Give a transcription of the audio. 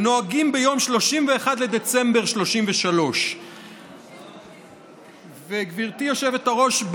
הנוהגים ביום 31 לדצמבר 1933. גברתי היושבת-ראש,